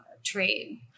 trade